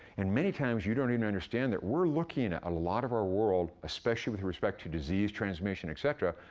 and many times, you don't even understand that we're looking at a lot of our world, especially with respect to disease transmission, etcetera,